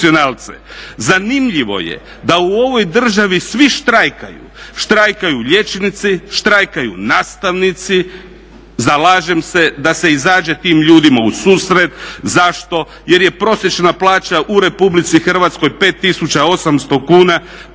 Zanimljivo je da u ovoj državi svi štrajkaju, štrajkaju liječnici, štrajkaju nastavnici. Zalažem se da se izađe tim ljudima u susret. Zašto? Jer je prosječna plana u Republici Hrvatskoj 5 tisuća